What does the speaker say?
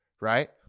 Right